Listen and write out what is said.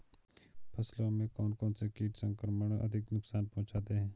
फसलों में कौन कौन से कीट संक्रमण अधिक नुकसान पहुंचाते हैं?